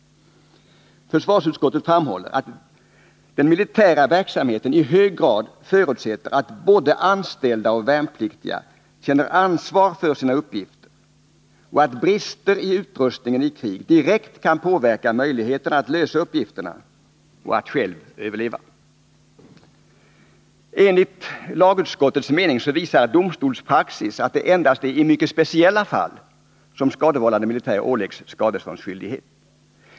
Försvarsutskottet framhåller att den militära verksamheten i hög grad förutsätter att både anställda och värnpliktiga känner ansvar för sina uppgifter och att brister i utrustningen i krig direkt kan påverka möjligheterna att lösa uppgifterna och att själv överleva. Enligt lagutskottets mening visar domstolspraxis att det endast är i mycket speciella fall som skadevållande militär åläggs skadeståndsskyldighet.